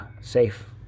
safe